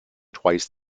twice